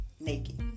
naked